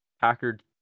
packard